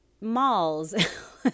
malls